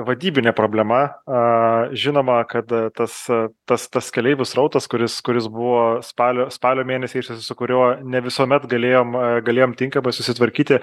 vadybinė problema a žinoma kad tas tas tas keleivių srautas kuris kuris buvo spalio spalio mėnesiais su kuriuo ne visuomet galėjom galėjom tinkamai susitvarkyti